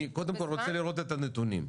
אני קודם כל רוצה לראות את הנתונים.